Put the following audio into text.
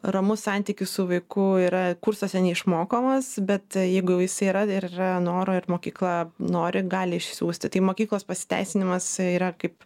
ramus santykis su vaiku yra kursuose neišmokomas bet jeigu jau jisai yra ir yra noro ir mokykla nori gali išsiųsti tai mokyklos pasiteisinimas yra kaip